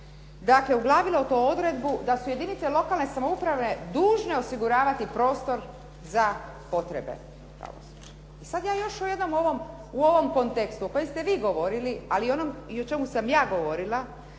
dakle uglavilo tu odredbu da su jedinice lokalne samouprave dužne osiguravati prostor za potrebe pravosuđa. I sad ja još u jednom ovom kontekstu o kojem ste vi govorili, ali i onom i o čemu sam ja govorila